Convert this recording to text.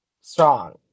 strong